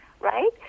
right